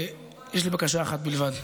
יש לי בקשה אחת בלבד,